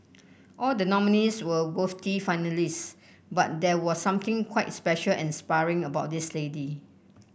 all the nominees were worthy finalist but there was something quite special and inspiring about this lady